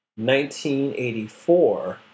1984